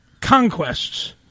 conquests